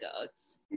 goats